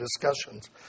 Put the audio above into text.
discussions